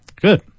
Good